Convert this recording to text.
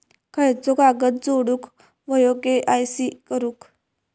खयचो कागद जोडुक होयो के.वाय.सी करूक?